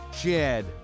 jed